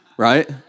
right